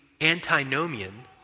antinomian